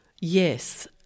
Yes